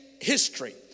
history